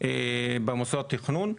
במוסדות תכנון.